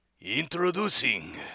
Introducing